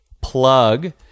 plug